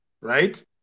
right